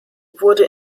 wurde